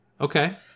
Okay